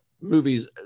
movies